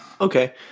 Okay